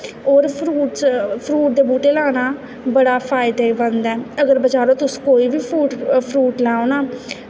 होर fruits fruit दे बूह्टे लाना बड़ा फायदेमंद ऐ अगर बजारा तुस कोई बी फ्रूट लैओ ना